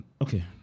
Okay